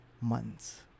months